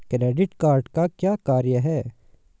Credit card का क्या कार्य है?